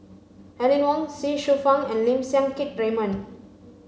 Aline Wong Ye Shufang and Lim Siang Keat Raymond